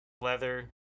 leather